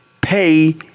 pay